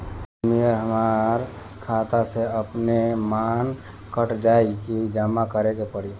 Premium हमरा खाता से अपने माने कट जाई की जमा करे के पड़ी?